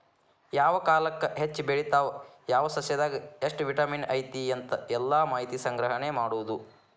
ಯಾವ ಕಾಲಕ್ಕ ಹೆಚ್ಚ ಬೆಳಿತಾವ ಯಾವ ಸಸ್ಯದಾಗ ಎಷ್ಟ ವಿಟಮಿನ್ ಐತಿ ಅಂತ ಎಲ್ಲಾ ಮಾಹಿತಿ ಸಂಗ್ರಹಣೆ ಮಾಡುದು